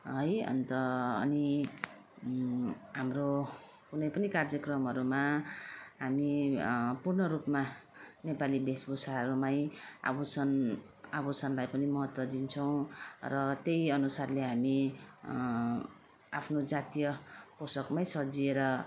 है अन्त अनि हाम्रो कुनै पनि कार्यक्रमहरूमा हामी पूर्णरूपमा नेपाली भेषभूषाहरूमा नै आभूषण आभूषणलाई पनि महत्त्व दिन्छौँ र त्यही अनुसारले हामी आफ्नो जातीय पोसाकमै सज्जिएर